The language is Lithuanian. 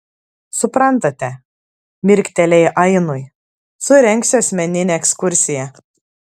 suprantate mirktelėjo ainui surengsiu asmeninę ekskursiją